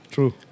True